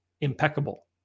impeccable